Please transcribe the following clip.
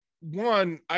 one